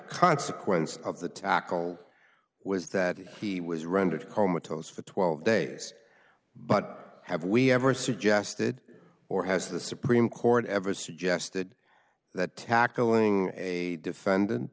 consequence of the tackle was that he was rendered comatose for twelve days but have we ever suggested or has the supreme court ever suggested that tackling a defendant